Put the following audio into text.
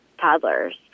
toddlers